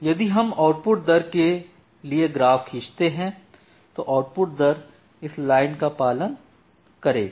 यदि हम आउटपुट दर केलिए ग्राफ खींचते हैं तो आउटपुट दर इस लाइन का पालन करेगी